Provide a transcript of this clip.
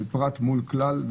של פרט מול כלל,